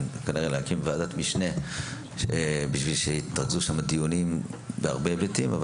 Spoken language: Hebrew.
להקים ועדת משנה כדי שיתרכזו שם דיונים בהרבה היבטים.